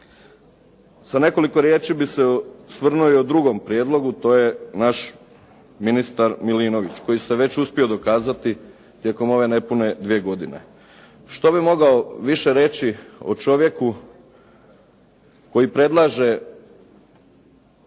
Sa nekoliko riječi bi se osvrnuo i o drugom prijedlogu, to je naš ministar Milinović, koji se već uspio dokazati tijekom ove nepune dvije godine. Što bi mogao više reći o čovjeku koji predlaže